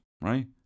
right